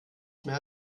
mehr